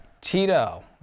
Tito